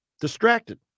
distracted